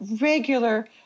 regular